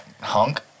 Hunk